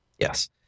Yes